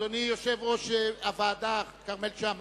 אדוני יושב-ראש הוועדה כרמל שאמה,